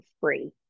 free